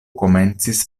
komencis